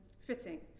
fitting